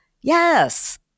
Yes